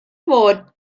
fod